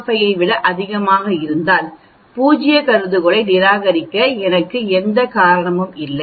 05 ஐ விட அதிகமாக இருந்தால் பூஜ்ய கருதுகோளை நிராகரிக்க எனக்கு எந்த காரணமும் இல்லை